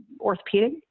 orthopedic